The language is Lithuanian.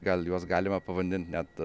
gal juos galima pavadint net